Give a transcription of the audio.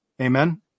Amen